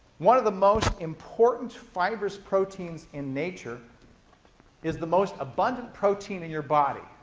one of the most important fibrous proteins in nature is the most abundant protein in your body.